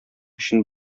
өчен